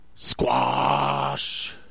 Squash